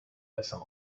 leeson